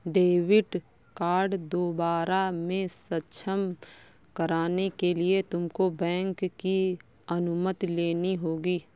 debit card दोबारा से सक्षम कराने के लिए तुमको बैंक की अनुमति लेनी होगी